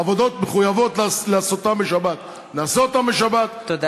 עבודות שחובה לעשותן בשבת, נעשה אותן בשבת, תודה.